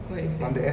what is that